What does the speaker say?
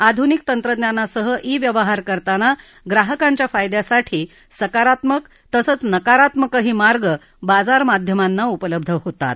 आधुनिक तंत्रज्ञानासह ई व्यवहार करताना ग्राहकाच्या फायदयासाठी सकारात्मक तसंच नकारात्मकही मार्ग बाजारमाध्यमांना उपलब्ध होतात